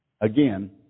again